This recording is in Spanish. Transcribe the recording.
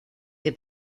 que